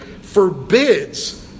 forbids